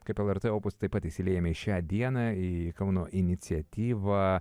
kaip lrt opus taip pat įsiliejame į šią dieną į kauno iniciatyvą